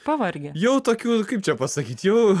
pavargę jau tokių kaip čia pasakyt jau